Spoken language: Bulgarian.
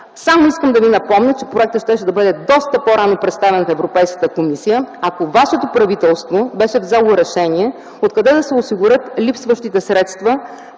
Само искам да Ви напомня, че проектът доста по-рано щеше да бъде представен в Европейската комисия, ако вашето правителство беше взело решение откъде да се осигурят липсващите средства